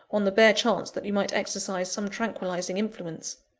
on the bare chance that you might exercise some tranquillising influence.